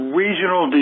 regional